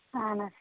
اَہَن حظ